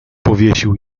powiesił